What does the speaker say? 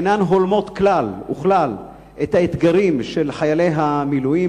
ואינן הולמות כלל וכלל את האתגרים של חיילי המילואים,